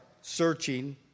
searching